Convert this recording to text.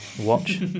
watch